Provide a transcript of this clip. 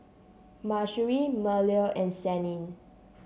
Mahsuri Melur and Senin